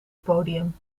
podium